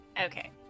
Okay